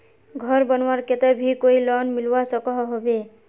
घोर बनवार केते भी कोई लोन मिलवा सकोहो होबे?